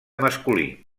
masculí